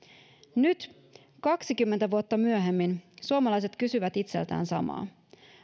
nyt kaksikymmentä vuotta myöhemmin suomalaiset kysyvät itseltään samaa